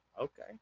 Okay